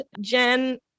Jen